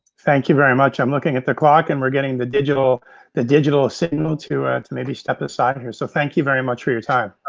thank you very much. i'm looking at the clock and we're getting the digital the digital ah signal to maybe step aside here. so thank you very much for your time.